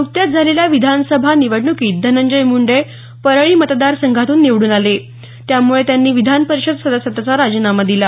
न्कत्याच झालेल्या विधानसभा निवडण्कीत धनंजय मुंडे परळी मतदारसंघातून निवडून आले त्यामुळे त्यांनी विधान परिषद सदस्यत्वाचा राजीनामा दिला